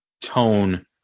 tone